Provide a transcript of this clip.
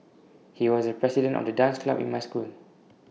he was the president of the dance club in my school